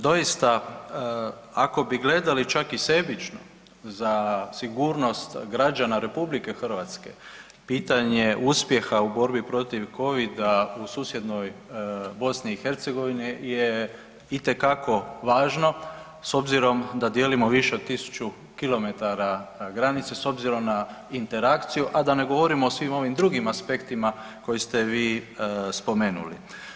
Doista, ako bi gledali čak i sebično za sigurnost građana RH pitanje uspjeha u borbi protiv covida u susjednoj BiH je itekako važno s obzirom da dijelimo više od 1000 kilometara granice s obzirom na interakciju, a da ne govorimo o svim ovim drugim aspektima koje ste vi spomenuli.